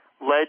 led